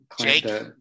Jake